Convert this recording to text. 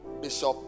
Bishop